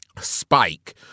spike